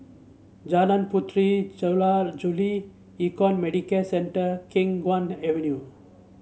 Jalan Puteri Jula Juli Econ Medicare Centre Khiang Guan Avenue